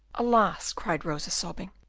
alas! cried rosa, sobbing,